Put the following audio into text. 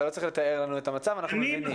אתה לא צריך לתאר לנו את המצב כי אנחנו מבינים.